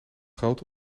grote